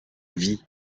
vie